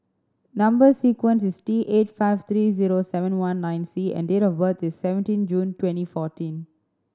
number sequence is T eight five three zero seven one nine C and date of birth is seventeen June twenty fourteen